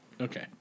Okay